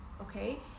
okay